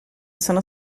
sono